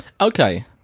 Okay